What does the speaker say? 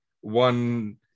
one